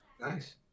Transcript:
Nice